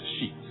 sheets